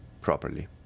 properly